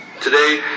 today